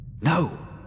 No